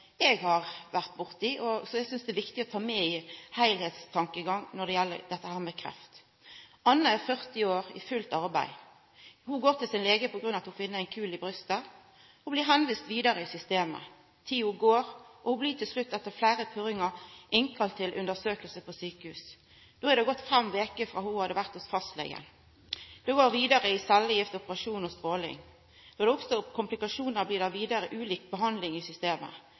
eg har vore borti, og som eg synest er viktig å ta med i heilskapstankegangen når det gjeld dette med kreft. Anna er 40 år og i fullt arbeid. Ho går til legen sin på grunn av at ho finn ein kul i brystet og blir vist vidare i systemet. Tida går, og ho blir til slutt, etter fleire purringar, kalla inn til undersøking på sjukehus. Då hadde det gått fem veker frå ho hadde vore hos fastlegen. Det gjekk vidare i cellegift, operasjon og stråling. Då det oppstod komplikasjonar, blei det vidare ulik behandling i systemet.